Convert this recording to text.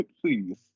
please